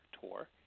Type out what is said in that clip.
tour